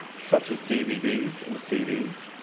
such as dvds and cds,